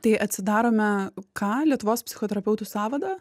tai atsidarome ką lietuvos psichoterapeutų sąvadą